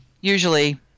usually